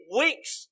weeks